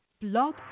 Blog